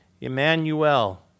Emmanuel